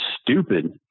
stupid